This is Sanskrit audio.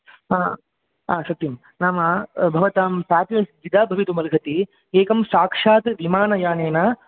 सत्यं नाम भवतां पेकेज् द्विधा भवितुमर्हति एकं साक्षात् विमानयानेन